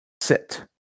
sit